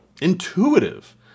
intuitive